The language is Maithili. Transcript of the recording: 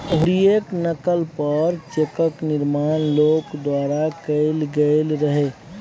हुंडीयेक नकल पर चेकक निर्माण लोक द्वारा कैल गेल रहय